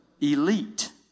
elite